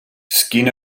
skin